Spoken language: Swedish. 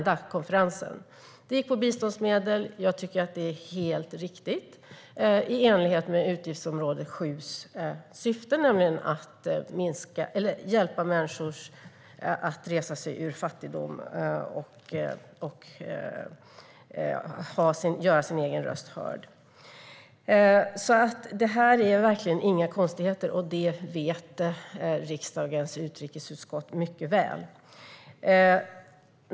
Det gick på biståndsmedel, och jag tycker att det var helt riktigt i enlighet med syftet för utgiftsområde 7: att hjälpa människor att resa sig ur fattigdom och göra sin röst hörd. Det här är alltså inga konstigheter, och det vet riksdagens utrikesutskott mycket väl.